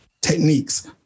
techniques